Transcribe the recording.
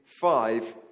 five